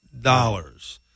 dollars